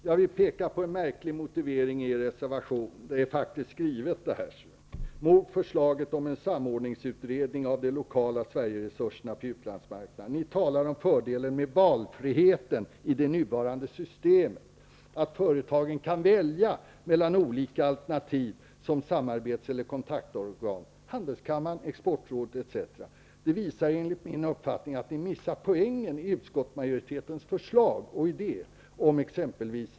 Herr talman! Jag vill peka på en märklig motivering i er reservation: ''mot förslaget om en samordningsutredning av de lokala Sverigeresurserna på utlandsmarknaden''. Ni talar om fördelen med valfriheten i det nya systemet, att företagen kan välja mellan olika alternativ som samarbets eller kontaktorgan, bl.a. handelskammaren, exportrådet, etc. Det visar enligt min uppfattning att ni missat poängen i utskottsmajoritetens förslag och idéer, t.ex.